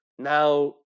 Now